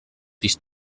least